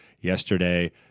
yesterday